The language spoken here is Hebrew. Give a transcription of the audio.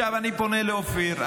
עכשיו, אני פונה לאופיר.